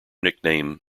nickname